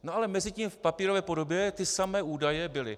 No ale mezitím v papírové podobě ty samé údaje byly.